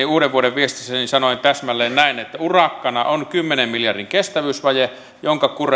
uudenvuodenviestissäni sanoin täsmälleen näin että urakkana on kymmenen miljardin kestävyysvaje jonka